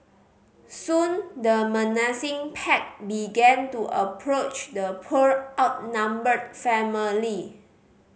soon the menacing pack began to approach the poor outnumbered family